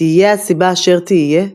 תהיה הסבה אשר תהיה,